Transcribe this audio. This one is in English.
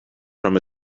from